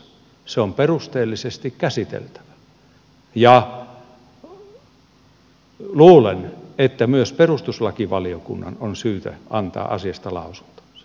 se on perusteellisesti käsiteltävä ja luulen että myös perustuslakivaliokunnan on syytä antaa asiasta lausuntonsa